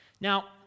Now